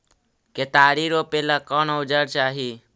केतारी रोपेला कौन औजर चाही?